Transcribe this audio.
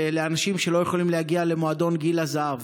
לאנשים שלא יכולים להגיע למועדון גיל הזהב.